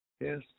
Yes